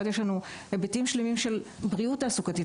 יש לנו היבטים שלמים של בריאות תעסוקתית,